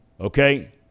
okay